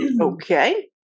Okay